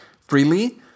freely